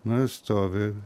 nu ir stovi